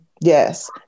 Yes